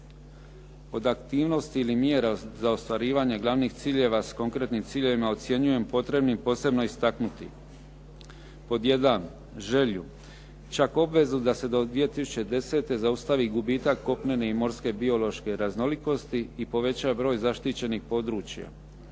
Od aktivnosti ili mjera za ostvarivanje glavnih ciljeva s konkretnim ciljevima ocjenjujem potrebnim posebno istaknuti pod 1. želju, čak obvezu da se do 2010. zaustavi gubitak kopnene i morske biološke raznolikosti i poveća broj zaštićenih područja,